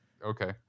Okay